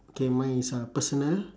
okay mine is uh personal